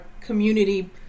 community